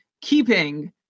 KEEPING